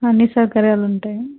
అన్ని సౌకర్యాలు ఉంటాయా